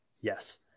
Yes